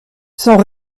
sont